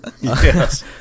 Yes